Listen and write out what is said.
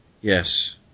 Yes